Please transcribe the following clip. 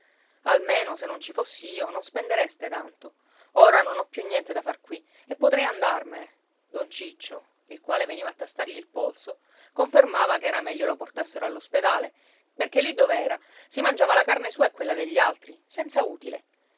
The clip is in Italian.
almeno se non ci fossi io non spendereste tanto ora non ho più niente da far qui e potrei andarmene don ciccio il quale veniva a tastargli il polso confermava che era meglio lo portassero all'ospedale perché lì dov'era si mangiava la carne sua e quella degli altri senza utile